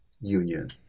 union